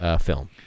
film